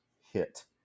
hit